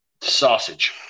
sausage